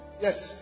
Yes